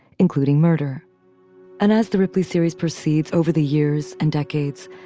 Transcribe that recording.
including murder and as the ripley series proceeds, over the years and decades,